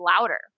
louder